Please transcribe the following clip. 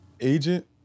agent